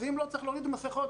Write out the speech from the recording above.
ואם לא צריך להוריד מסכות,